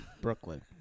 Brooklyn